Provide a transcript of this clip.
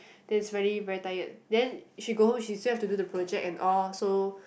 then it's really very tired then she go home she still have to do the project and all so